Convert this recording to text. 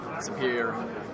Superior